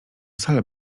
salę